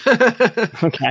Okay